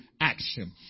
action